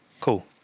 Cool